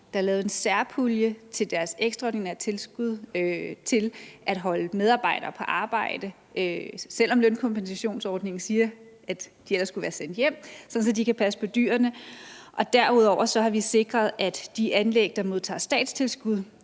der er lavet en særpulje med ekstraordinære tilskud til at holde medarbejdere på arbejde – selv om lønkompensationsordningen siger, at de ellers skulle være sendt hjem – sådan at de kan passe på dyrene. Derudover har vi sikret, at de anlæg, der modtager statstilskud,